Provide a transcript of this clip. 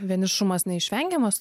vienišumas neišvengiamas